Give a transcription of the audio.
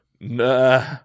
nah